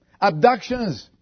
Abductions